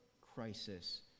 crisis